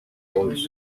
poles